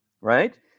right